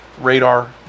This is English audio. radar